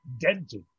dented